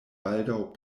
baldaŭ